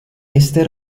este